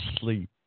sleep